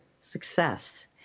success